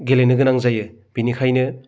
गेलेनो गोनां जायो बेनिखायनो